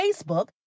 Facebook